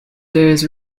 days